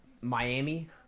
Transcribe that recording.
Miami